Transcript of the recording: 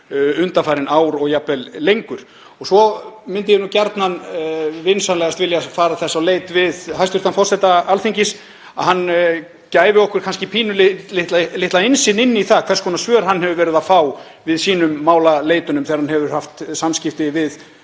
undanfarin ár og jafnvel lengur. Og svo vil ég gjarnan vinsamlegast fara þess á leit við hæstv. forseta Alþingis að hann gefi okkur pínulitla innsýn í það hvers konar svör hann hefur verið að fá við sínum málaleitunum þegar hann hefur haft samskipti við